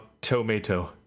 tomato